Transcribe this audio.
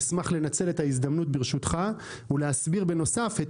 אשמח לנצל את ההזדמנות ברשותך ולהסביר בנוסף את